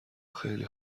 خیلی